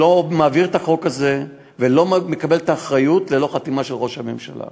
אני לא מעביר את החוק הזה ולא מקבל את האחריות ללא חתימה של ראש הממשלה.